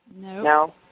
No